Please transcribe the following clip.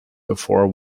before